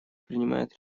принимает